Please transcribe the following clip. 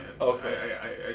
okay